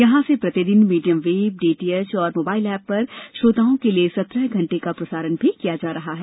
यहां से प्रतिदिन मीडियम वेव डीटीएच और मोबाइल एप पर श्रोताओं के लिए सत्रह घण्टे का प्रसारण किया जा रहा है